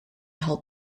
held